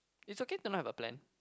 is okay to not have a plan